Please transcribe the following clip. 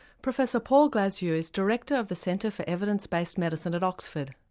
professor paul glasziou is director of the centre for evidence based medicine at oxford.